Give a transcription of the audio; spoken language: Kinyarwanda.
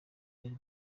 byari